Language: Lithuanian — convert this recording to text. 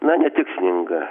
na ne tik sninga